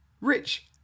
rich